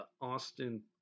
Austin